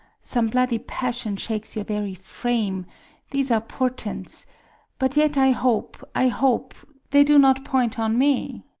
some bloody passion shakes your very frame these are portents but yet i hope, i hope, they do not point on me.